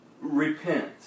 repent